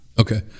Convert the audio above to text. Okay